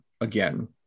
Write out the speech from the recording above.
again